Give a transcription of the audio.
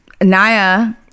Naya